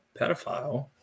pedophile